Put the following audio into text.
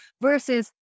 versus